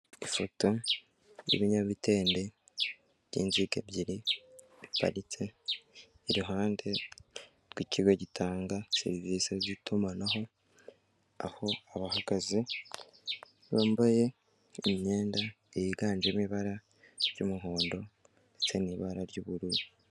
Ifoto y'ibinyabitende by'inziga ebyiri ziparitse iruhande rw'ikigo gitanga serivisi z'itumanaho aho abahagaze bambaye imyenda yiganjemo ibara ry'umuhondo ndetse n'ibara ry'ubururu.